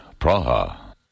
Praha